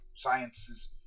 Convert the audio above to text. science's